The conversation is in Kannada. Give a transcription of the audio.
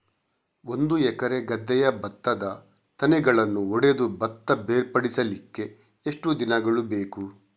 ಒಂದು ಎಕರೆ ಗದ್ದೆಯ ಭತ್ತದ ತೆನೆಗಳನ್ನು ಹೊಡೆದು ಭತ್ತ ಬೇರ್ಪಡಿಸಲಿಕ್ಕೆ ಎಷ್ಟು ದಿನಗಳು ಬೇಕು?